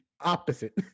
Opposite